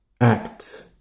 act